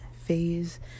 phase